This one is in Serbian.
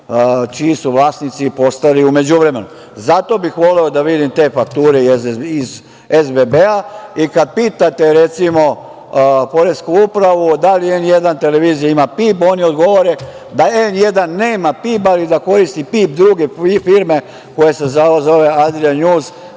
čiji su vlasnici postali u međuvremenu. Zato bih voleo da vidim te fakture iz SBB-a i kada pitate, recimo, poresku upravu da li N1 televizija ima PIB, oni odgovore da N1 nema PIB, ali da koristi PIB druge firme koja se zove Adria njuz